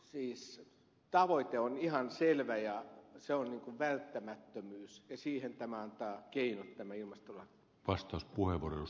siis tavoite on ihan selvä ja se on välttämättömyys ja siihen tämä ilmastolaki antaa keinot